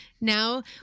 now